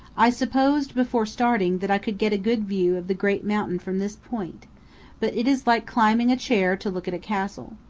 i supposed, before starting, that i could get a good view of the great mountain from this point but it is like climbing a chair to look at a castle.